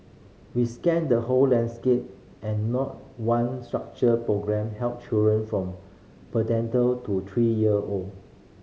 we scanned the whole landscape and not one structured programme help children from prenatal to three year old